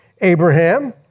Abraham